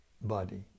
body